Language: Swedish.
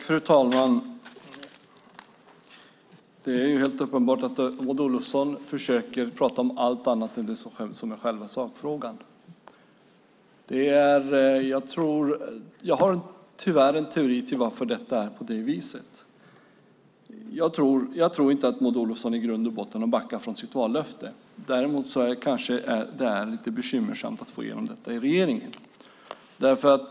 Fru talman! Det är helt uppenbart att Maud Olofsson försöker prata om allt annat än själva sakfrågan. Jag har en teori om varför det är på detta vis. Jag tror inte att Maud Olofsson i grund och botten har backat från sitt vallöfte. Däremot är det kanske lite bekymmersamt att få igenom det i regeringen.